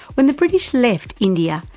when the british left india,